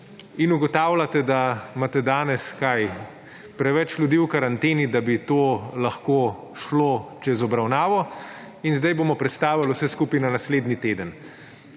in ugotavljate, da imate danes – kaj? Preveč ljudi v karanteni, da bi to lahko šlo čez obravnavo in zdaj bomo prestavili vse skupaj na naslednji teden.